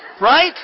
Right